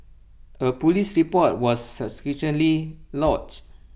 A Police report was subsequently lodged